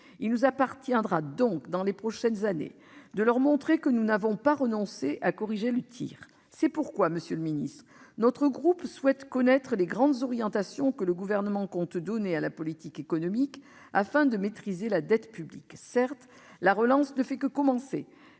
Il nous appartiendra donc, dans les prochaines années, de leur montrer que nous n'avons pas renoncé à corriger le tir. C'est pourquoi, monsieur le ministre, notre groupe souhaite connaître les grandes orientations que le Gouvernement compte donner à la politique économique, afin de maîtriser la dette publique. Certes, la relance ne fait que commencer,